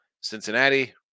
Cincinnati